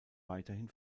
weiterhin